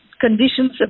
conditions